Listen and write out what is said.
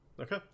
okay